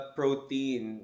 protein